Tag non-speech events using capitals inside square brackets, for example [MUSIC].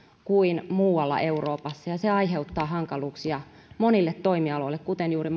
kuin muualla euroopassa ja se aiheuttaa hankaluuksia monille toimialoille kuten juuri [UNINTELLIGIBLE]